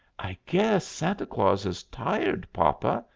i guess santa claus is tired, papa,